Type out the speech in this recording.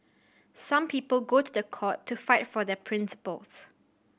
some people go to the court to fight for their principles